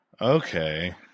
Okay